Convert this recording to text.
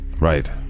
Right